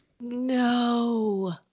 No